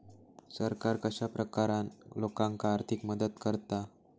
सरकार कश्या प्रकारान लोकांक आर्थिक मदत करता?